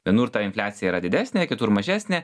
vienur ta infliacija yra didesnė kitur mažesnė